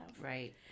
right